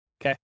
Okay